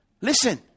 Listen